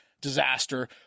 disaster